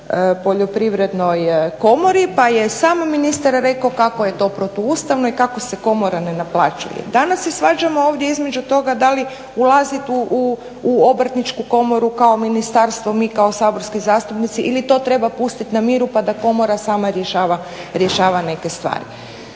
o Poljoprivrednoj komori pa je sam ministar rekao kako je to protuustavno i kako se komora ne naplaćuje. Danas se svađamo ovdje između toga da li ulazit u Obrtničku komoru kao ministarstvo, mi kao saborski zastupnici ili to treba pustit na miru pa da komora sama rješava neke stvari.